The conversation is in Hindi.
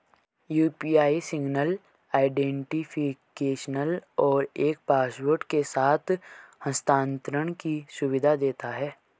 यू.पी.आई सिंगल आईडेंटिफिकेशन और एक पासवर्ड के साथ हस्थानांतरण की सुविधा देता है